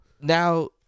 Now